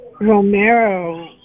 Romero